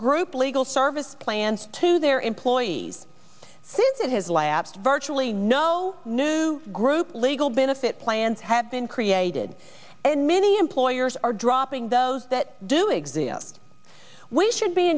group legal service plans to their employees since it has lapsed virtually no new group legal benefit plans have been created and many employers are dropping those that do exist we should be